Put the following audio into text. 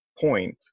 point